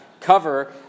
cover